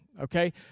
okay